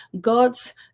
God's